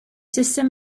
system